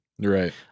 Right